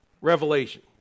revelation